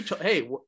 Hey